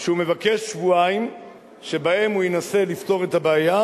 שהוא מבקש שבועיים שבהם הוא ינסה לפתור את הבעיה,